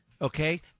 Okay